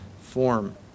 form